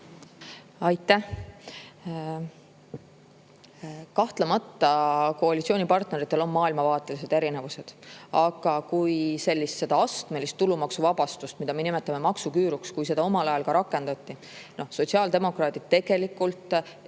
Aitäh! Kahtlemata on koalitsioonipartneritel maailmavaatelised erinevused. Aga kui seda astmelist tulumaksuvabastust, mida me nimetame maksuküüruks, omal ajal rakendati – sotsiaaldemokraadid tegelikult